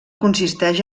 consisteix